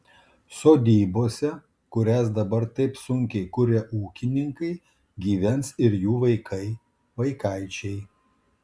sodybose kurias dabar taip sunkiai kuria ūkininkai gyvens ir jų vaikai vaikaičiai